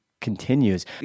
continues